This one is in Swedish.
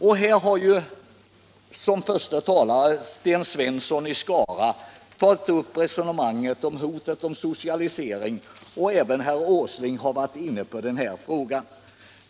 Här har Sten Svensson i Skara som förste talare tagit upp resonemanget om hotet om socialisering, och även herr Åsling har varit inne på den frågan.